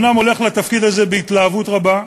אני אומנם הולך לתפקיד הזה בהתלהבות רבה,